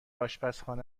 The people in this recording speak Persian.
آشپزخانه